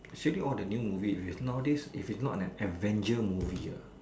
actually all the new movies if it is nowadays if is not an avenger movie ah